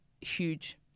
huge